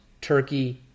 turkey